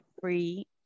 free